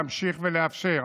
להמשיך ולאפשר,